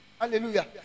Hallelujah